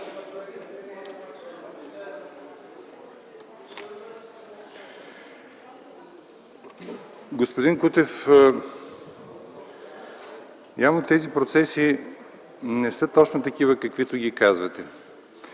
Господин Кутев, явно тези процеси не са точно такива, каквито ги казвате.